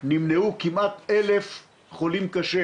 נמנעו כמעט 1,000 חולים קשה